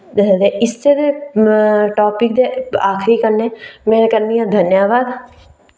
ते इस्सै दे टापिक दे आखरी कन्नै में करनी आं धन्नवाद